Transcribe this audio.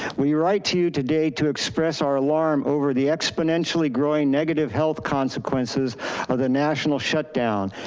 we write to you today to express our alarm over the exponentially growing negative health consequences of the national shutdown.